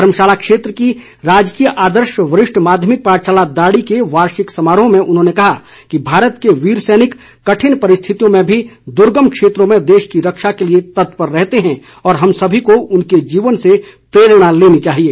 धर्मशाला क्षेत्र की राजकीय आदर्श वरिष्ठ माधमिक पाठशाला दाड़ी के वार्षिक समारोह में उन्होंने कहा कि भारत के वीर सैनिक कठिन परिस्थितियों में भी दुर्गम क्षेत्रों में देश की रक्षा के लिए तत्पर रहते हैं और हम सभी को उनके जीवन से प्रेरणा लेनी चाहिए